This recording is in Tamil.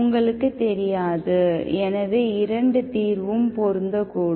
உங்களுக்கு தெரியாது எனவே இரண்டு தீர்வும் பொருந்தக்கூடும்